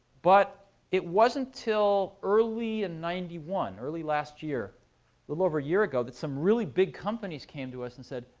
but it wasn't until early in ninety one, early last year, a little over a year ago, that some really big companies came to us and said,